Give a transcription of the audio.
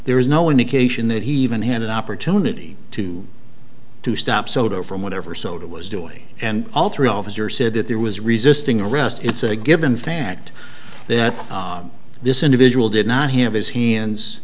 there is no indication that he even had an opportunity to to stop soto from whatever soda was doing and all three officer said that there was resisting arrest it's a given fact that this individual did not have his hands